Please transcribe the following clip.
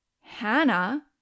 Hannah